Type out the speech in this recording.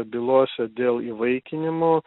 bylose dėl įvaikinimo